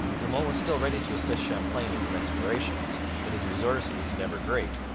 de monts was still ready to assist champlain in his explorations, but his resources, never great,